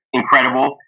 incredible